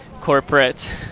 corporate